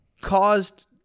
caused